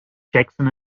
jackson